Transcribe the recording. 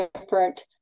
different